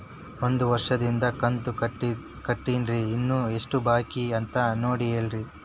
ಒಂದು ವರ್ಷದಿಂದ ಕಂತ ಕಟ್ಟೇನ್ರಿ ಇನ್ನು ಎಷ್ಟ ಬಾಕಿ ಅದ ನೋಡಿ ಹೇಳ್ರಿ